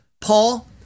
Paul